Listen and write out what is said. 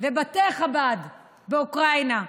לבית חב"ד, בתי חב"ד באוקראינה.